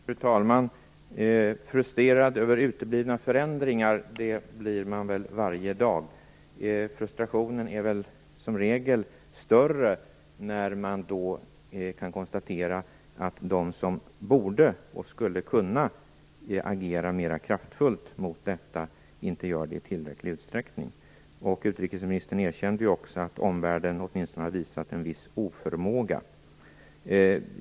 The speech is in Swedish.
Fru talman! Frustrerad över uteblivna förändringar blir man väl varje dag. Frustruationen är som regel större när de som borde och skulle kunna agera mera kraftfullt mot detta inte gör det i tillräcklig utsträckning. Utrikesministern erkände ju också att omvärlden hade visat en viss oförmåga.